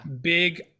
big